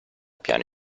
piano